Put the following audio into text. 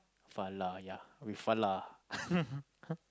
Falah ya with Falah